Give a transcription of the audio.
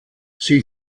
sie